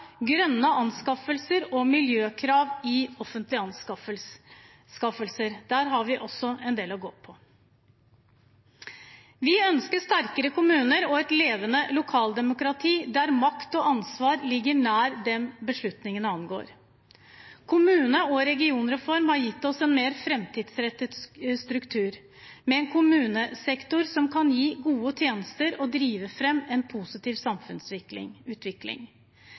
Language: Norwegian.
grønne anskaffelser og miljøkrav i offentlige anskaffelser. Der har vi også en del å gå på. Vi ønsker sterkere kommuner og et levende lokaldemokrati der makt og ansvar ligger nær dem som beslutningene angår. Kommune- og regionreformen har gitt oss en mer framtidsrettet struktur, med en kommunesektor som kan gi gode tjenester og drive fram en positiv